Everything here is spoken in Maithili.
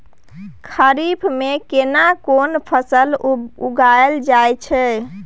खरीफ में केना कोन फसल उगायल जायत छै?